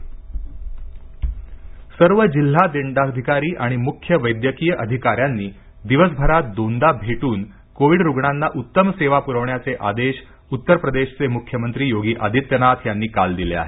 उत्तर प्रदेश कोविड सर्व जिल्हा दंडाधिकारी आणि मुख्य वैद्यकीय अधिकाऱ्यांनी दिवसभरात दोनदा भेटून कोविड रुग्णांना उत्तम सेवा पुरवण्याचे आदेश उत्तर प्रदेशचे मुख्यमंत्री योगी आदित्यनाथ यांनी काल दिले आहेत